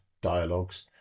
dialogues